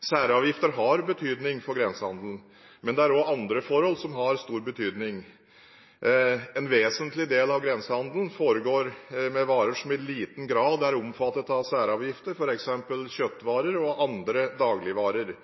Særavgifter har betydning for grensehandelen, men det er også andre forhold som har stor betydning. En vesentlig del av grensehandelen foregår med varer som i liten grad er omfattet av særavgifter, f.eks. kjøttvarer og andre dagligvarer.